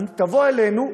תבוא אלינו,